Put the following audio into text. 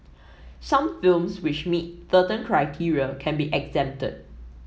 some films which meet certain criteria can be exempted